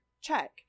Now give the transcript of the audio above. check